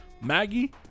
Maggie